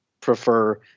prefer